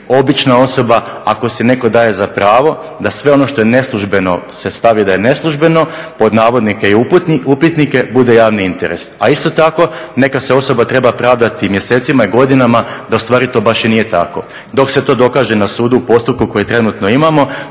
obična osoba, ako si netko daje za pravo da sve ono što je neslužbeno se stavi da je neslužbeno pod navodnike i upitnike bude javni interes. A isto tako neka se osoba treba pravdati mjesecima i godinama da ustvari to baš i nije tako. Dok se to dokaže na sudu u postupku koji trenutno imamo